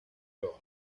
york